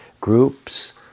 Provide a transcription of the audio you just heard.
groups